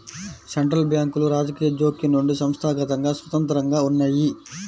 central బ్యాంకులు రాజకీయ జోక్యం నుండి సంస్థాగతంగా స్వతంత్రంగా ఉన్నయ్యి